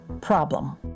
problem